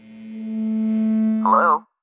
Hello